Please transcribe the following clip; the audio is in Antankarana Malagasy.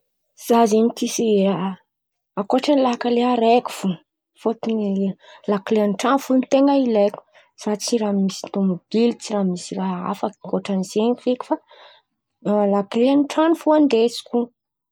Zah zen̈y raha ankoatra ny lakile araiky fo fôtony lakile an-tran̈o fo no ten̈a ilaiko zah tsy raha misy tômobily, tsy raha misy raha hafa ankoatran'izen̈y feky fa lakileny tran̈o fo andesiko.